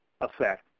effect